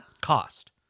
cost